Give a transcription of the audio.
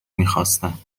میخواستم